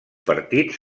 partits